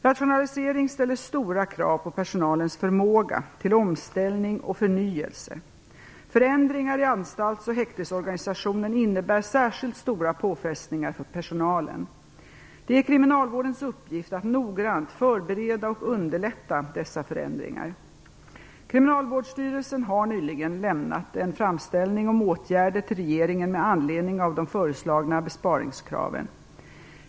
Rationalisering ställer stora krav på personalens förmåga till omställning och förnyelse. Förändringar i anstalts och häktesorganisationen innebär särskilt stora påfrestningar för personalen. Det är kriminalvårdens uppgift att noggrant förbereda och underlätta dessa förändringar. Kriminalvårdsstyrelsen har nyligen lämnat en framställning om åtgärder till regeringen med anledning av de föreslagna besparingskraven.